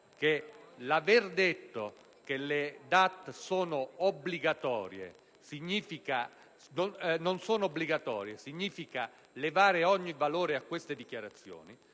che l'aver detto che le DAT non sono obbligatorie significa togliere ogni valore a queste dichiarazioni,